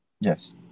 Yes